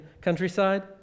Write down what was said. countryside